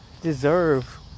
deserve